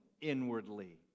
inwardly